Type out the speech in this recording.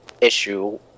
issue